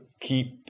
keep